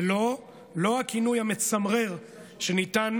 ולא הכינוי המצמרר שניתן